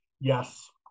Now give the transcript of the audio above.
yes